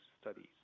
studies